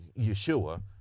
yeshua